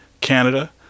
Canada